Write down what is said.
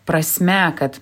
prasme kad